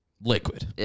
Liquid